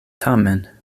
tamen